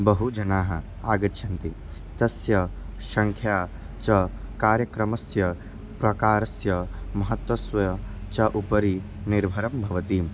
बहु जनाः आगच्छन्ति तस्य सङ्ख्या च कार्यक्रमस्य प्रकारस्य महत्वस्य च उपरि निर्भरं भवति